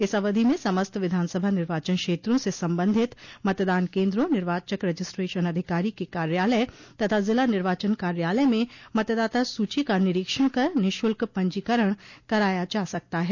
इस अवधि में समस्त विधानसभा निर्वाचन क्षेत्रो से संबंधित मतदान केन्द्रों निर्वाचक रजिस्ट्रेशन अधिकारी के कार्यालय तथा जिला निर्वाचन कार्यालय में मतदाता सूची का निरीक्षण कर निःशुल्क पंजीकरण कराया जा सकता है